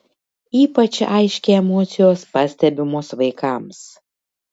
ypač aiškiai emocijos pastebimos vaikams